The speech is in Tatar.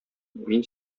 мин